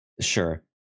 Sure